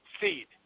seed